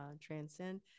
Transcend